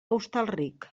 hostalric